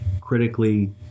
critically